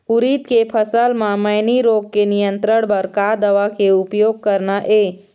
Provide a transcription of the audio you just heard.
उरीद के फसल म मैनी रोग के नियंत्रण बर का दवा के उपयोग करना ये?